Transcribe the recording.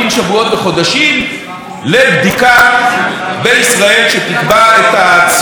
בישראל שתקבע את הציון האנרגטי של המכשיר.